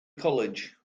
college